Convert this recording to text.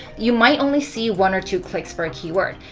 you might only see one or two clicks per keyword.